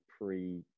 pre